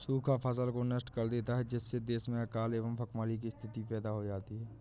सूखा फसल को नष्ट कर देता है जिससे देश में अकाल व भूखमरी की स्थिति पैदा हो जाती है